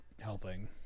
helping